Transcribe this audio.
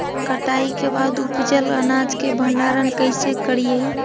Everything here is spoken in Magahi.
कटाई के बाद उपजल अनाज के भंडारण कइसे करियई?